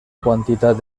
quantitat